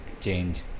change